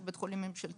שהוא בית חולים ממשלתי,